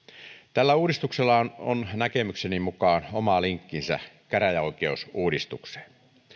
tällä uudistuksella on on näkemykseni mukaan oma linkkinsä käräjäoikeusuudistukseen